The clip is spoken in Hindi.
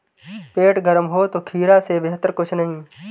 पेट गर्म हो तो खीरा से बेहतर कुछ नहीं